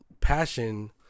passion